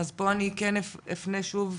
אז פה אני כן אפנה שוב,